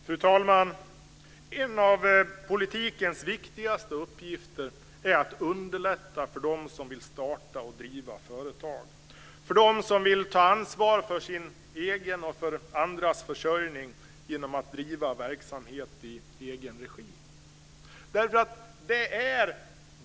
Fru talman! En av politikens viktigaste uppgifter är att underlätta för dem som vill starta och driva företag, för dem som vill ta ansvar för sin egen och andras försörjning genom att driva verksamhet i egen regi.